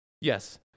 Yes